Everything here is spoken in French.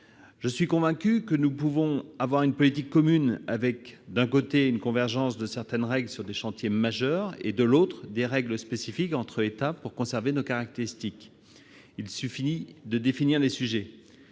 Je suis convaincu que nous pourrions conduire une politique commune avec, d'un côté, la convergence de certaines règles sur des chantiers majeurs et, de l'autre, des règles spécifiques pour que chaque État conserve ses caractéristiques. Il suffit de bien définir les sujets.